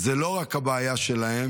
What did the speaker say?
זו לא רק הבעיה שלהם,